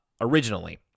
originally